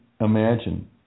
imagine